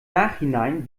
nachhinein